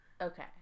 Okay